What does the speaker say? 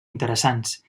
interessants